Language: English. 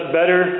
better